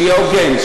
שיהיה הוגן,